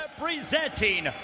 Representing